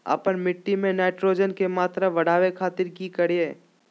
आपन मिट्टी में नाइट्रोजन के मात्रा बढ़ावे खातिर की करिय?